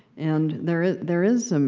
and, there there is some